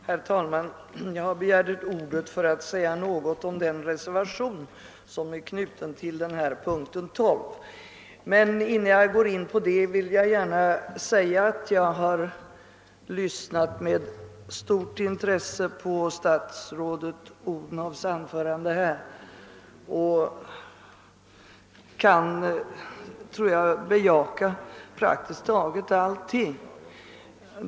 Herr talman! Jag har begärt ordet för att säga något om reservationen 3, som är knuten till punkten 12 i statsutskottets förevarande utlåtande. Men innan jag gör det vill jag säga att jag med stort intresse lyssnade till statsrådet fru Odhnoffs anförande, och jag kan praktiskt taget i allt bejaka vad hon sade.